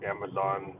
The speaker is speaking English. Amazon